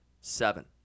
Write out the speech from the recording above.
seven